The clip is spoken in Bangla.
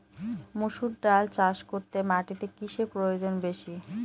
মুসুর ডাল চাষ করতে মাটিতে কিসে প্রয়োজন বেশী?